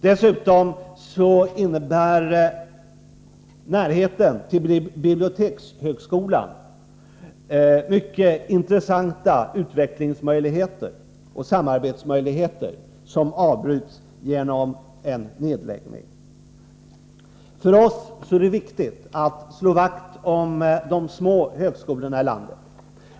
Dessutom innebär närheten till bibliotekshögskolan mycket intressanta utvecklingsmöjligheter och samarbetsmöjligheter, något som avbryts genom en nedläggning. För oss är det viktigt att slå vakt om de små högskolorna i landet.